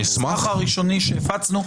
במסמך הראשוני שהפצנו,